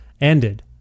ended